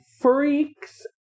freaks